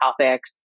topics